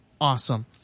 Awesome